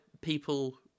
people